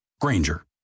Granger